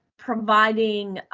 providing